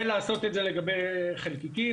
ולעשות את זה לגבי חלקיקים,